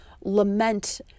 lament